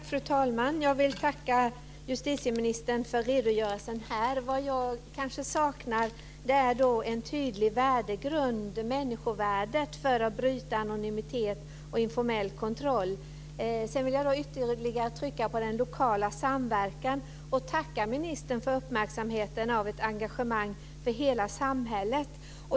Fru talman! Jag vill tacka justitieministern för redogörelsen. Vad jag kanske saknar är en tydlig värdegrund. Det handlar om människovärdet, om att bryta anonymitet och om informell kontroll. Sedan vill jag ytterligare trycka på den lokala samverkan och tacka ministern för uppmärksamheten när det gäller ett engagemang för hela samhället.